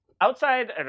Outside